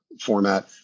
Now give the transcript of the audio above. format